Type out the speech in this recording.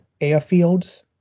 airfields